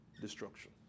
destruction